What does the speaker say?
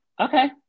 okay